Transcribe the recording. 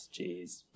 Jeez